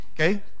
Okay